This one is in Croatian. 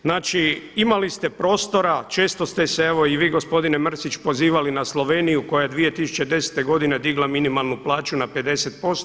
Znači, imali ste prostora, često ste se i vi gospodine Mrsić pozivali na Sloveniju koja je 2010. digla minimalnu plaću na 50%